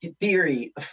theory